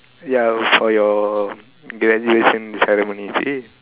ya for your graduation ceremony you see